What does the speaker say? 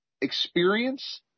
experience